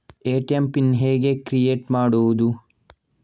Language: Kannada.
ಎ.ಟಿ.ಎಂ ಪಿನ್ ಹೇಗೆ ಕ್ರಿಯೇಟ್ ಮಾಡುವುದು?